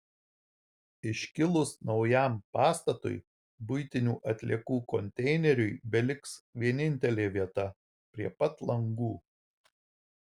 iškilus naujam pastatui buitinių atliekų konteineriui beliks vienintelė vieta prie pat langų